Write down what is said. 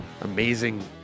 amazing